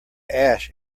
ash